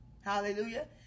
Hallelujah